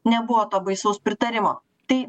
nebuvo to baisaus pritarimo tai